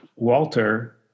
Walter